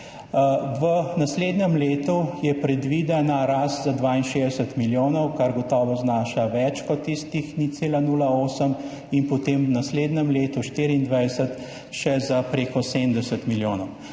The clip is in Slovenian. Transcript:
V naslednjem letu je predvidena rast za 62 milijonov, kar gotovo znaša več kot tistih 0,08, in potem v naslednjem letu 2024 še za preko 70 milijonov.